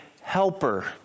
helper